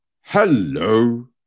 hello